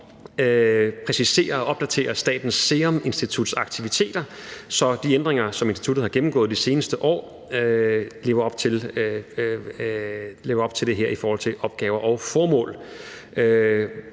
præcisere og opdatere Statens Serum Instituts aktiviteter, så de ændringer, som instituttet har gennemgået i de seneste år, lever op til det her i forhold til opgaver og formål.